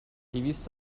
دویست